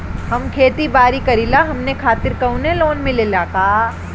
हम खेती बारी करिला हमनि खातिर कउनो लोन मिले ला का?